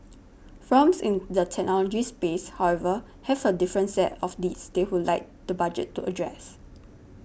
firms in the technology space however have a different set of needs they would like the Budget to address